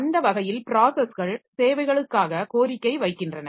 அந்த வகையில் ப்ராஸஸ்கள் சேவைகளுக்காக கோரிக்கை வைக்கின்றன